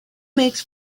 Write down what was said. makes